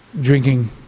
drinking